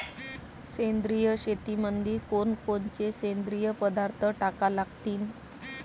सेंद्रिय शेतीमंदी कोनकोनचे सेंद्रिय पदार्थ टाका लागतीन?